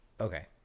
Okay